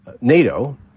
NATO